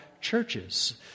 churches